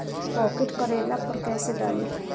Pocket करेला पर कैसे डाली?